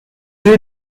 you